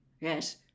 Yes